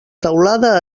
teulada